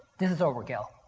this is overkill.